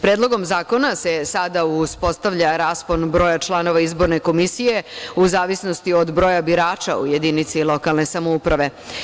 Predlogom zakona se sada uspostavlja raspon broja članova izborne komisije u zavisnosti od broja birača u jedinici lokalne samouprave.